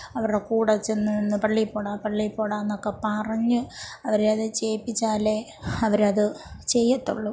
അവരുടെ കൂടെ ചെന്ന് നിന്ന് പള്ളിയിൽ പോടാ പള്ളിയിൽ പോടാ എന്നൊക്കെ പറഞ്ഞ് അവരെ അത് ചെയ്യിപ്പിച്ചാലേ അവർ അത് ചെയ്യുള്ളൂ